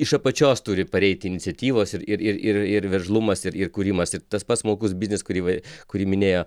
iš apačios turi pareiti iniciatyvos ir ir ir ir veržlumas ir ir kūrimas ir tas pats smulkus biznis kurį va kurį minėjo